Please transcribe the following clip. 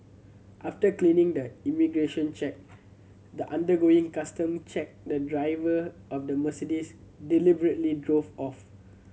after clearing the immigration check the undergoing custom check the driver of the Mercedes deliberately drove off